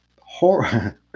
horror